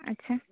ᱟᱪᱪᱷᱟ